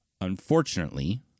Unfortunately